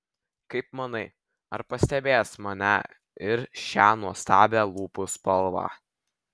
kaip manai ar pastebės mane ir šią nuostabią lūpų spalvą